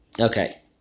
Okay